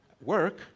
work